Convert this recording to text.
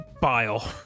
bile